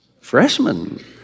Freshman